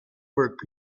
work